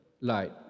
light